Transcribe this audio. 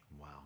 Wow